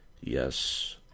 Yes